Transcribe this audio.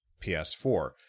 PS4